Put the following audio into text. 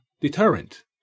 deterrent